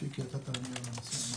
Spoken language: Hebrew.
שיקי, אתה תענה על הנושא.